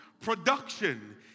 production